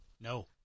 No